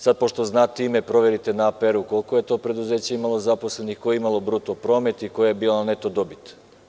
Sada pošto znate ime proverite na APR koliko je to preduzeće imalo zaposlenih, koliko je imalo bruto promet i koja je bila neto dobit.